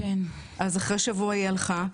אז אחרי שבוע היא הלכה,